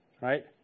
Right